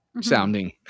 Sounding